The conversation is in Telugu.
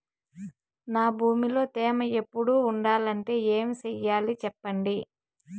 నా భూమిలో తేమ ఎప్పుడు ఉండాలంటే ఏమి సెయ్యాలి చెప్పండి?